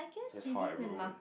that's how I roll